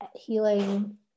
healing